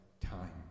time